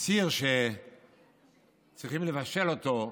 סיר שצריכים לבשל אותו,